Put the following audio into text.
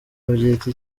yabyita